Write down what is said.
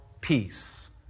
peace